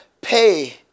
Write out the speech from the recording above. pay